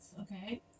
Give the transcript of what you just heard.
Okay